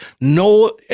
no